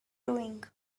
doing